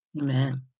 Amen